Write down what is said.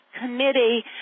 committee